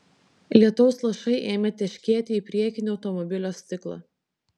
lietaus lašai ėmė teškėti į priekinį automobilio stiklą